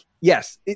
yes